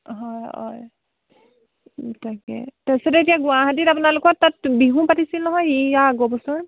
হয় হয় তাকে তাৰ পিছতে এতিয়া গুৱাহাটীত আপোনালোকৰ তাত বিহু পাতিছিল নহয় ইয়াৰ আগৰবছৰ